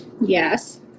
yes